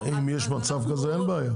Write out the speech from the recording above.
בטח, אם יש מצב כזה אז אין בעיה.